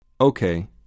Okay